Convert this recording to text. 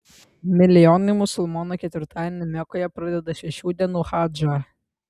milijonai musulmonų ketvirtadienį mekoje pradeda šešių dienų hadžą